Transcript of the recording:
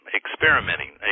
experimenting